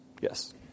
Yes